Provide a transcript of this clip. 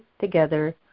together